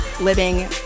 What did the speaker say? living